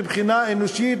מבחינה אנושית,